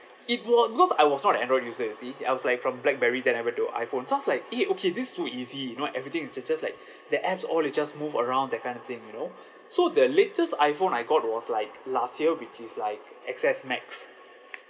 it wa~ because I was not an android user you see I was like from blackberry then I went to iphone so I was like eh okay this is so easy you know everything is ju~ just like the apps all you just move around that kind of thing you know so the latest iphone I got was like last year which is like X_S max